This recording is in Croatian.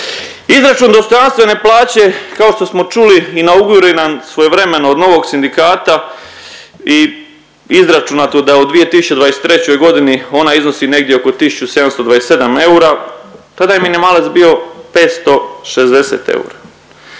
Izračun dostojanstvene plaće, kao što smo čuli inauguriran svojevremeno od Novog sindikata i izračunato da u 2023. godini ona iznosi negdje oko 1.727 eura, tada je minimalac bio 560 eura.